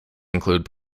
include